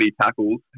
tackles